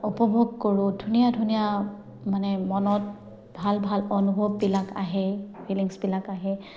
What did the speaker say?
উপভোগ কৰোঁ ধুনীয়া ধুনীয়া মানে মনত ভাল ভাল অনুভৱবিলাক আহে ফিলিংছবিলাক আহে